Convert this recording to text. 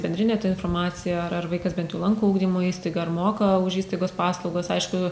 bendrinė ta informacija ar ar vaikas bent jau lanko ugdymo įstaigą ar moka už įstaigos paslaugas aišku